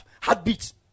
heartbeats